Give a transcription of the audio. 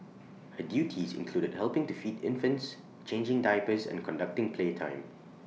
her duties included helping to feed infants changing diapers and conducting playtime